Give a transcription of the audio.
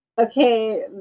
Okay